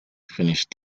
finished